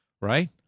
right